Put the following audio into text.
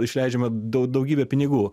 išleidžiame dau daugybę pinigų